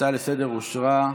ההצעה לסדר-היום אושרה,